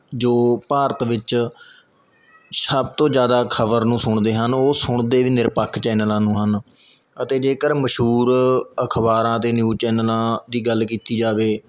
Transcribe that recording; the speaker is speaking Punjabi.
ਜੋ ਭਾਰਤ ਵਿੱਚ ਸਭ ਤੋਂ ਜ਼ਿਆਦਾ ਖਬਰ ਨੂੰ ਸੁਣਦੇ ਹਨ ਉਹ ਸੁਣਦੇ ਵੀ ਨਿਰਪੱਖ ਚੈਨਲਾਂ ਨੂੰ ਹਨ ਅਤੇ ਜੇਕਰ ਮਸ਼ਹੂਰ ਅਖਬਾਰਾਂ ਅਤੇ ਨਿਊਜ਼ ਚੈਨਲਾਂ ਦੀ ਗੱਲ ਕੀਤੀ ਜਾਵੇ